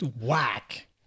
whack